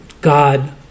God